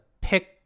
pick